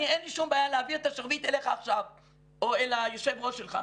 אין לי שום בעיה להעביר את השרביט אליך עכשיו או ליושב ראש שלך,